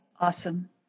Awesome